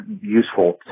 useful